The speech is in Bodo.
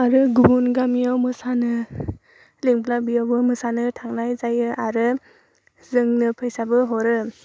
आरो गुबुन गामियाव मोसानो लेंब्ला बेयावबो मोसानो थांनाय जायो आरो जोंनो फैसाबो हरो